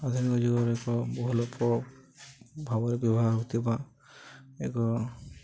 ଆଧୁନିକ ଯୁଗରେ ଏକ ବହୁଲ ପ ଭାବରେ ବ୍ୟବହାର ହଥିବା ଏକ